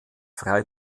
frei